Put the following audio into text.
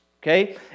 Okay